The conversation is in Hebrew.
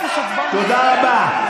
תודה רבה.